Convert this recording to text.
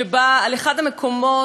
שבא על אחד המקומות,